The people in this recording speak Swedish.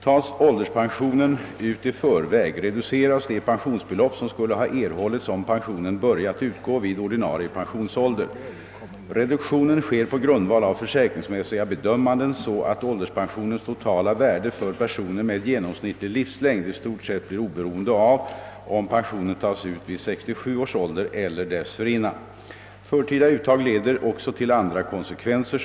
Tas ålderspensionen ut i förväg reduceras de pensionsbelopp, som skulle ha erhållits om pensionen börjat utgå vid ordinarie pensionsålder. Reduktionen sker på grundval av försäkringsmässiga bedömanden så, att ålderspensionens totala värde för personer med genomsnittlig livslängd i stort sett blir oberoende av om pensionen tas ut vid 07 års ålder eller dessförinnan. Förtida uttag leder också till andra konsekvenser.